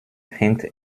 hängt